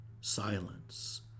Silence